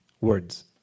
words